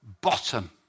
bottom